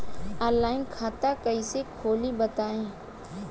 Online खाता कइसे खोली बताई?